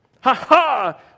Ha-ha